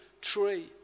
tree